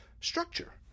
structure